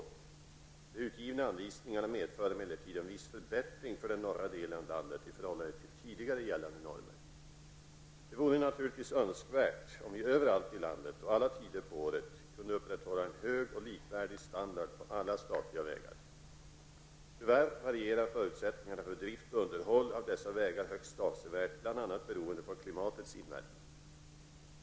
De utgivna anvisningarna medför emellertid en viss förbättring för den norra delen av landet i förhållande till tidigare gällande normer. Det vore naturligtvis önskvärt om vi överallt i landet och alla tider på året kunde upprätthålla en hög och likvärdig standard på alla statliga vägar. Tyvärr varierar förutsättningarna för drift och underhåll av dessa vägar högst avsevärt bl.a.